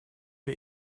wir